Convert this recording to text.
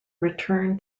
return